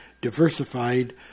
diversified